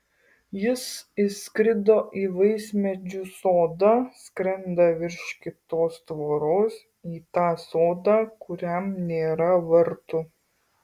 jis įskrido į vaismedžių sodą skrenda virš kitos tvoros į tą sodą kurian nėra vartų